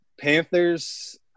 Panthers